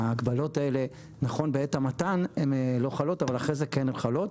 שההגבלות האלה נכון שבעת המתן הן לא חלות אבל אחרי זה הן כן חלות.